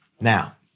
Now